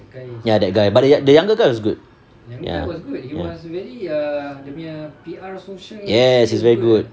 ya that guy but the the younger guy was good ya yes he's very good